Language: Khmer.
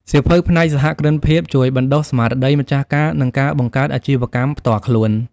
សៀវភៅផ្នែកសហគ្រិនភាព ជួយបណ្ដុះស្មារតីម្ចាស់ការ និងការបង្កើតអាជីវកម្មផ្ទាល់ខ្លួន។